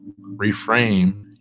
Reframe